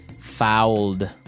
Fouled